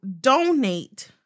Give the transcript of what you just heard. donate